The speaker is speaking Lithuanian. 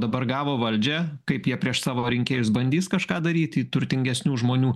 dabar gavo valdžią kaip jie prieš savo rinkėjus bandys kažką daryti į turtingesnių žmonių